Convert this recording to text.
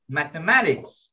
mathematics